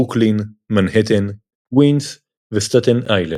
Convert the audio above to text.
ברוקלין, מנהטן, קווינס וסטטן איילנד.